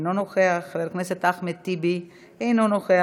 אינו נוכח, חבר הכנסת אחמד טיבי, אינו נוכח.